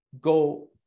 go